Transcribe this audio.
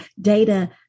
data